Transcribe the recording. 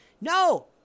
No